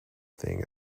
thing